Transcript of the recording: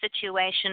situation